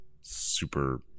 super